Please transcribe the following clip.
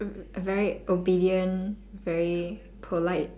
v~ very obedient very polite